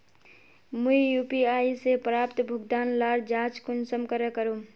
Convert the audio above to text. मुई यु.पी.आई से प्राप्त भुगतान लार जाँच कुंसम करे करूम?